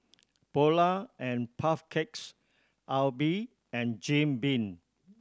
Polar and Puff Cakes Aibi and Jim Beam